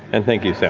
and thank you, sam.